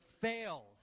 fails